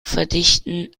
verdichten